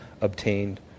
obtained